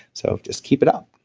so, just keep it up